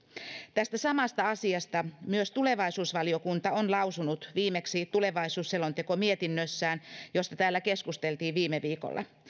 tästä samasta asiasta myös tulevaisuusvaliokunta on lausunut viimeksi tulevaisuusselontekomietinnössään josta täällä keskusteltiin viime viikolla